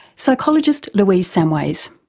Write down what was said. psychologist louise samways.